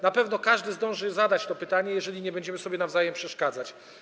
Na pewno każdy zdąży zadać pytanie, jeżeli nie będziemy sobie nawzajem przeszkadzać.